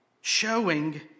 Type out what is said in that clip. showing